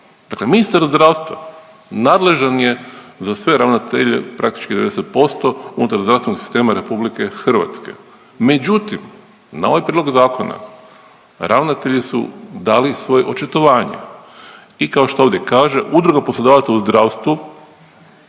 Dakle ministar zdravstva nadležan je za sve ravnatelje praktički 90% unutar zdravstvenog sistema RH. Međutim, na ovaj prijedlog zakona ravnatelji su dali svoje očitovanje i kao što ovdje kaže, udruga poslodavaca u zdravstvu